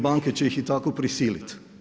Banke će ih i tako prisiliti.